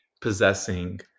possessing